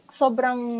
sobrang